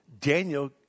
Daniel